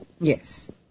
Yes